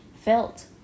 felt